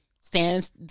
stands